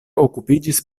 okupiĝis